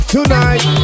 Tonight